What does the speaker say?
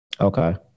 Okay